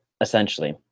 Essentially